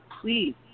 please